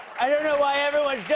i don't know why everyone